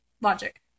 logic